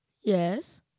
Yes